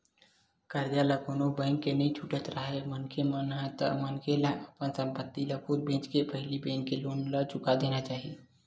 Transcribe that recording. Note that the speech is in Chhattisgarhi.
करजा ल कोनो बेंक के नइ छुटत राहय मनखे ह ता मनखे ला अपन संपत्ति ल खुद बेंचके के पहिली बेंक के लोन ला चुका देना चाही